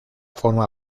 forma